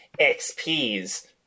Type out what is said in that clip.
XP's